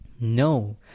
No